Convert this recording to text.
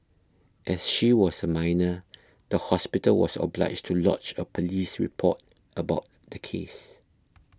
as she was a minor the hospital was obliged to lodge a police report about the case